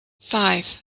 five